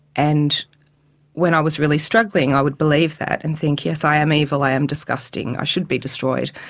and when i was really struggling i would believe that and think, yes, i am evil, i am disgusting, i should be destroyed.